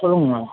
சொல்லுங்கம்மா